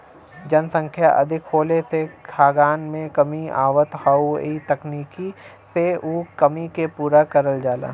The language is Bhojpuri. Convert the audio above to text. जनसंख्या अधिक होले से खाद्यान में कमी आवत हौ इ तकनीकी से उ कमी के पूरा करल जाला